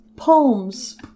poems